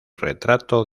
retrato